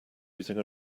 using